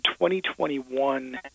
2021